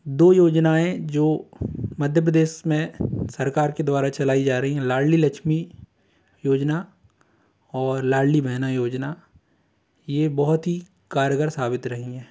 दो योजनाएँ जो मध्य प्रदेश में सरकार के द्वारा चलाई जा रही हैं लाड़ली लक्ष्मी योजना और लाड़ली बहन योजना ये बहुत ही कारगर साबित रही हैं